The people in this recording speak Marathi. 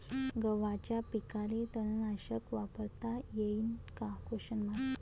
गव्हाच्या पिकाले तननाशक वापरता येईन का?